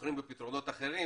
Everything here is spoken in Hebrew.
בוחרים בפתרונות אחרים